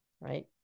Right